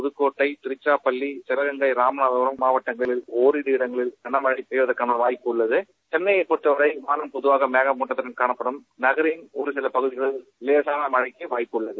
புதஞ்சோட்டை திருக்சிராப்பள்ளி சிவகங்கை ராமநாதபுரம் மாவட்ட்ங்களில் ஒரு சில இடங்களில் கனமழை பெய்வதற்கான வாய்ட்புள்ளது சென்னையை பொறுத்தவரை பொதுவாக வானம் மேகமுட்டத்துடன் காணப்படும் நகரின் ஒரு சில பகுதிகளில் லேசான மழைக்கு வாய்ப்புள்ளது